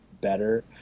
better